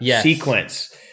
sequence